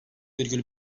virgül